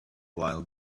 while